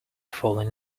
falling